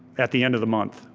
at the end of the month.